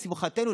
לשמחתנו,